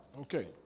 Okay